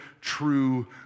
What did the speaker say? true